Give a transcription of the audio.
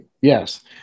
Yes